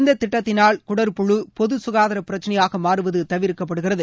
இந்த திட்டத்தினால் குடற்புழு பொது சுகாதார பிரச்சினையாக மாறுவது தவிர்க்கப்படுகிறது